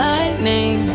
Lightning